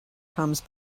comes